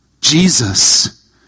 Jesus